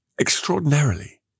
extraordinarily